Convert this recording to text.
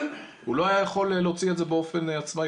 הוא לא היה יכול להוציא את זה באופן עצמאי.